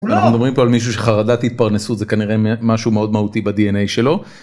אנחנו מדברים פה על מישהו שחרדת התפרנסות זה כנראה משהו מאוד מהותי בDNA שלו.